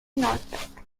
norfolk